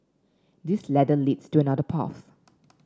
this ladder leads to another path